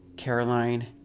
Caroline